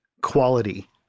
quality